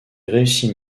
réussit